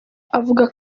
avuga